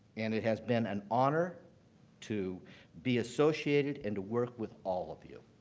and it has been an honor to be associated and to work with all of you.